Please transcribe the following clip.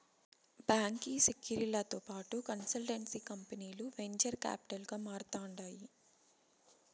బాంకీ సెక్యూరీలతో పాటు కన్సల్టెన్సీ కంపనీలు వెంచర్ కాపిటల్ గా మారతాండాయి